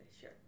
Sure